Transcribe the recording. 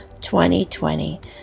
2020